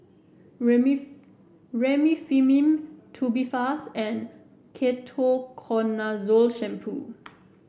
Remifemin Tubifast and Ketoconazole Shampoo